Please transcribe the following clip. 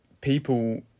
people